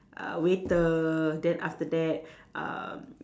uh waiter then after that um